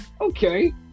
Okay